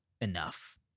enough